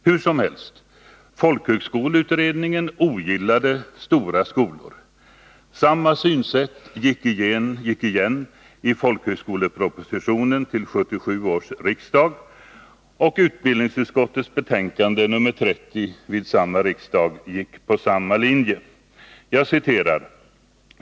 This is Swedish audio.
Hur som helst: Folkhögskoleutredningen ogillade stora skolor. Samma synsätt gick igen i folkhögskolepropositionen till 1976 77:30 gick på samma linje.